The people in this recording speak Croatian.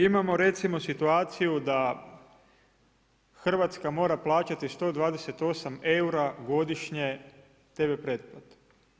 Imamo recimo situaciju da Hrvatska mora plaćati 128 eura godišnje tv pretplatu.